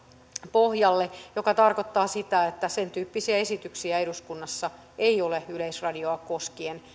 pohjalle mikä tarkoittaa sitä että sentyyppisiä esityksiä eduskunnassa ei ole yleisradiota koskien